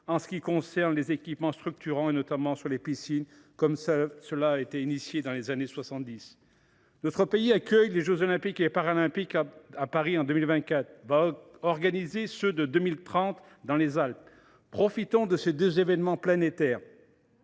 ce qui est des équipements structurants, notamment les piscines, comme cela avait été engagé dans les années 1970. Notre pays accueille les jeux Olympiques et Paralympiques à Paris en 2024 et va organiser ceux de 2030 dans les Alpes. Profitons de ces deux événements planétaires